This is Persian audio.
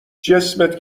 جسمت